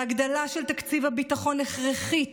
והגדלה של תקציב הביטחון הכרחית,